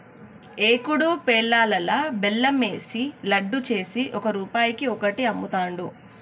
ఏకుడు పేలాలల్లా బెల్లం ఏషి లడ్డు చేసి ఒక్క రూపాయికి ఒక్కటి అమ్ముతాండ్రు